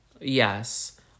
Yes